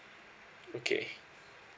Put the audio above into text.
okay